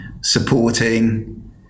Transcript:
supporting